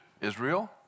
Israel